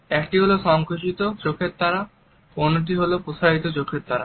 একটি হলো সংকুচিত চোখের তারা অন্যটি হলো প্রসারিত চোখের তারা